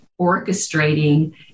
orchestrating